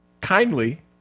kindly